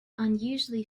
unusually